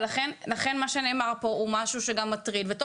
לכן מה שנאמר פה הוא משהו שהוא גם מטריד וטוב